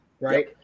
right